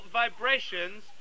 vibrations